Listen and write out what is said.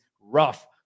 rough